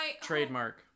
Trademark